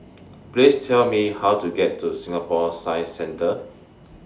Please Tell Me How to get to Singapore Science Centre